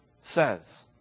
says